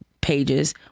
pages